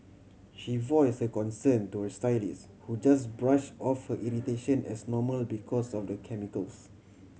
she voiced her concern to her stylist who just brush off her irritation as normal because of the chemicals